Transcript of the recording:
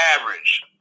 average